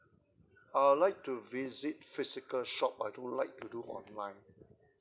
I'd like to visit physical shop I don't like to do online